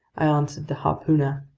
i answered the harpooner.